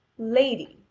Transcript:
lady,